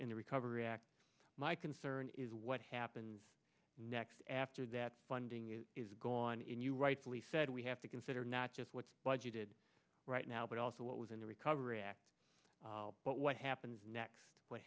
the recovery act my concern is what happens next after that funding is gone in you rightfully said we have to consider not just what's budgeted right now but also what was in the recovery act but what happens next what